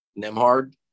Nemhard